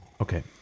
Okay